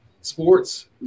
sports